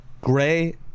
Gray